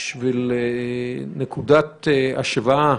בשביל נקודת השוואה,